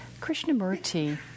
Krishnamurti